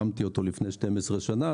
הקמתי אותו לפני 12 שנים.